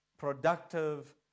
productive